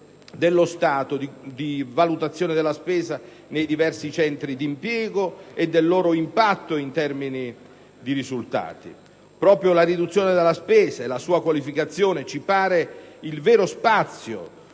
dello Stato di valutazione della spesa nei diversi centri di impiego e del loro impatto in termini di risultati. Proprio la riduzione della spesa e la sua qualificazione ci sembrano il vero spazio